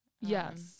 Yes